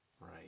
Right